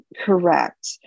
Correct